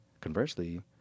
Conversely